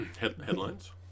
headlines